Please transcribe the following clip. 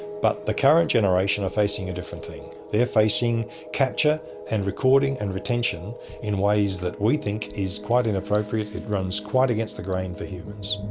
but the current generation are facing a different thing. they're facing capture and recording and retention in ways that we think is quite inappropriate, it runs quite against the grain for humans.